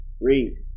Read